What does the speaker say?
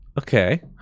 okay